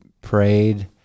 prayed